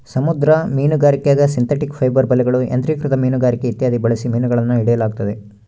ಸಮುದ್ರ ಮೀನುಗಾರಿಕ್ಯಾಗ synthetic fibre ಬಲೆಗಳು, ಯಾಂತ್ರಿಕೃತ ಮೀನುಗಾರಿಕೆ ಇತ್ಯಾದಿ ಬಳಸಿ ಮೀನುಗಳನ್ನು ಹಿಡಿಯಲಾಗುತ್ತದೆ